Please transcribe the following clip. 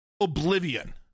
oblivion